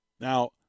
Now